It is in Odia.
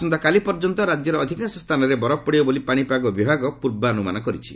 ଆସନ୍ତାକାଲି ପର୍ଯ୍ୟନ୍ତ ରାଜ୍ୟର ଅଧିକାଂଶ ସ୍ଥାନରେ ବରଫ ପଡ଼ିବ ବୋଲି ପାଣିପାଗ ବିଭାଗ ପୂର୍ବାନୁମାନ କରିଛି